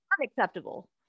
unacceptable